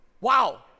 Wow